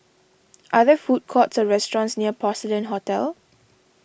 are there food courts or restaurants near Porcelain Hotel